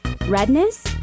Redness